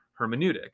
hermeneutic